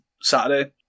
Saturday